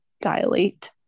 dilate